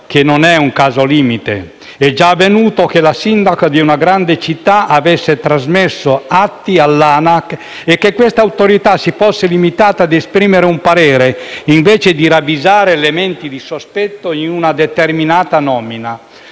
che non è un caso limite. È già avvenuto che la sindaca di una grande città avesse trasmesso atti all'ANAC e che questa Autorità si fosse limitata a esprimere un parere invece di ravvisare elementi di sospetto in una determinata nomina,